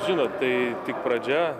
žinot tai tik pradžia